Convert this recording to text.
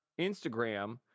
Instagram